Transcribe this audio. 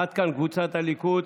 עד כאן קבוצת הליכוד.